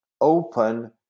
open